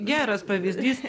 geras pavyzdys